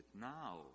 now